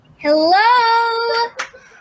Hello